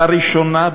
לראשונה,